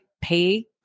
pay